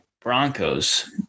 Broncos